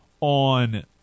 on